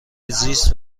زیست